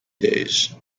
days